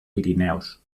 pirineus